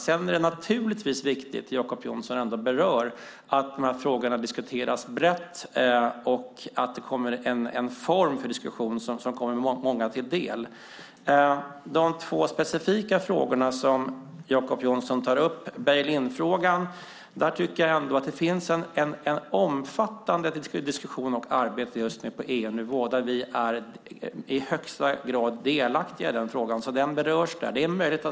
Det är naturligtvis viktigt att frågorna diskuteras brett och att det blir en form av diskussion som kommer många till del. Jacob Johnson tar upp två specifika frågor. När det gäller bail in finns det en omfattande diskussion och ett arbete på EU-nivå där vi i högsta grad är delaktiga. Den berörs där.